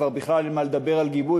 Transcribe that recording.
כבר בכלל אין מה לדבר על גיבוי,